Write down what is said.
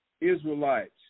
Israelites